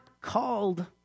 called